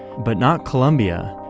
but not colombia,